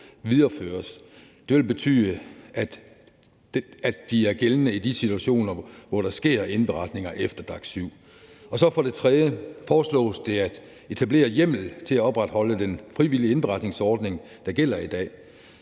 Det vil betyde, at de er gældende i de situationer, hvor der sker indberetninger efter DAC7. Og så foreslås det at etablere hjemmel til at opretholde den frivillige indberetningsordning, der gælder i dag.